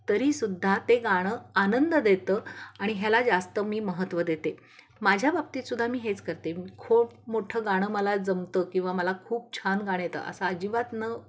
तरीसुद्धा ते गाणं आनंद देतं आणि ह्याला जास्त मी महत्त्व देते माझ्या बाबतीत सुद्धा मी हेच करते खूप मोठं गाणं मला जमतं किंवा मला खूप छान गाणं येतं असा अजिबात न